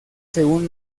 según